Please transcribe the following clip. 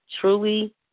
truly